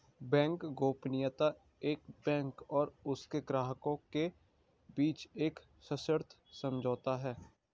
bank गोपनीयता एक bank और उसके ग्राहकों के बीच एक सशर्त समझौता है